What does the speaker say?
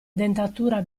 dentatura